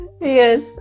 yes